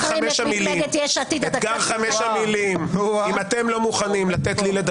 חמש מילים ברצף בלי שמישהו מחברי יש עתיד ספציפית,